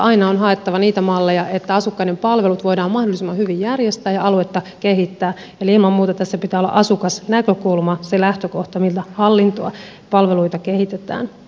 aina on haettava sellaisia malleja että asukkaiden palvelut voidaan mahdollisimman hyvin järjestää ja aluetta kehittää eli ilman muuta tässä pitää olla asukasnäkökulman se lähtökohta millä hallintoa ja palveluita kehitetään